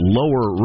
lower